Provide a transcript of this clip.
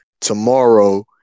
tomorrow